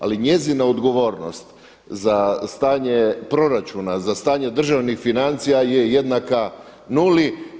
Ali njezina odgovornost za stanje proračuna, za stanje državnih financija je jednaka nuli.